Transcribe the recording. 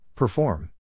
Perform